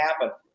happen